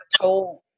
told